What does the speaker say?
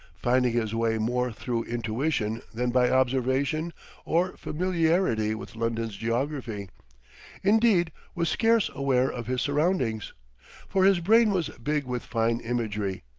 finding his way more through intuition than by observation or familiarity with london's geography indeed, was scarce aware of his surroundings for his brain was big with fine imagery,